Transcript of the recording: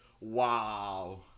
Wow